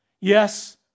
Yes